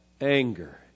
anger